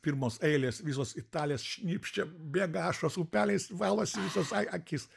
pirmos eilės visos italės šnypščia bėga ašaros upeliais valosi visos a akis